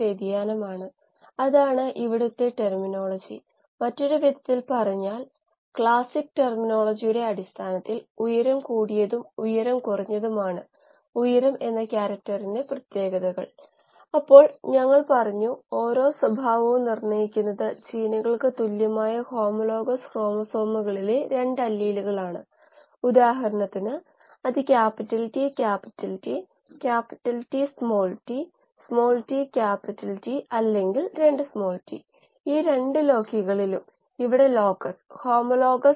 നമ്മൾ ഇവിടെ നിന്ന് മുന്നോട്ട് പോകുമ്പോൾ എയറേഷനും അജിറ്റേഷനും aeration Agitation നമ്മൾ സംസാരിച്ചപ്പോൾ ഇവ രണ്ടും DO യെ ബാധിക്കുന്നുവെന്നും അവ കോശങ്ങളിൽ ഷിയർ സ്ട്രെസ്സ് ഉണ്ടാക്കുന്നുവെന്നും നമ്മൾ പറഞ്ഞിരുന്നു